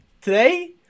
today